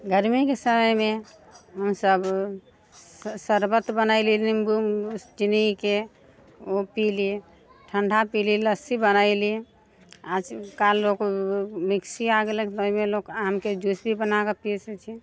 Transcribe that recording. गर्मीके समयमे हमसभ शर शर्बत बनयली निम्बू विम्बुके चीनीके पीली ठण्डा पीली लस्सी बनयली आइ काल्हि लोक मिक्सी आ गेलै ओहिमे लोक आमके जूस भी बना कऽ पी सकैत छै